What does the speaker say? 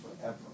forever